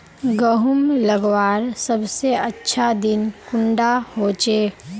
गहुम लगवार सबसे अच्छा दिन कुंडा होचे?